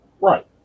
Right